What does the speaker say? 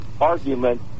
argument